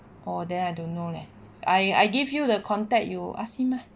oh then I don't know leh I I give you the contact you ask him lah